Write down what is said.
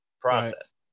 process